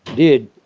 did,